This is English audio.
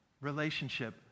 relationship